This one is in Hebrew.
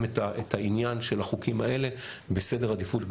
את העניין של החוקים האלה בסדר עדיפות גבוה.